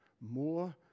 More